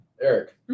eric